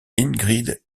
ingrid